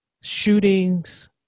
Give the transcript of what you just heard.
shootings